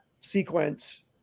sequence